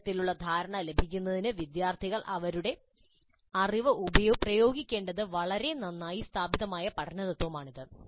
ആഴത്തിലുള്ള ധാരണ ലഭിക്കുന്നതിന് വിദ്യാർത്ഥികൾ അവരുടെ അറിവ് പ്രയോഗിക്കേണ്ടതുണ്ട് എന്നത് നന്നായി സ്ഥാപിതമായ പഠനതത്ത്വമാണിത്